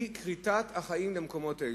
היא כריתת החיים למקומות אלו.